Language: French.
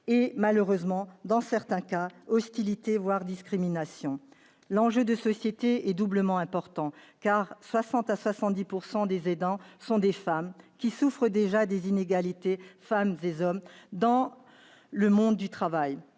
et malheureusement, dans certains cas, hostilité, voire discrimination. L'enjeu de société est doublement important, car de 60 % à 70 % des aidants sont des femmes, qui souffrent déjà des inégalités entre les femmes et les hommes dans le monde du travail.